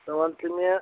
ژٕ وَنٛتہٕ مےٚ